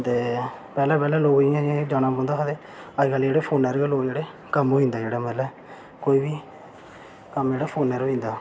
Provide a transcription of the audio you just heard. ते पैह्लें पैह्लें लोकें गी इं'या इं'या जाना पौंदा हा ते अज्जकल जेह्ड़ा फोनै पर गै कम्म जेह्ड़ा होई जंदा ऐ कोई बी कम्म जेह्ड़ा फोनै पर होई जंदा